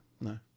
No